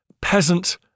peasant